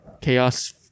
Chaos